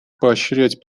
поощрять